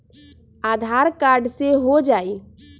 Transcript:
आधार card से हो जाइ?